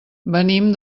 venim